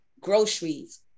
groceries